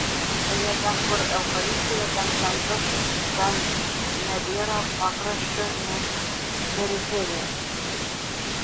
beje ten kur eucharistija ten centras ten nebėra pakraščio nei periferijos